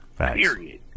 Period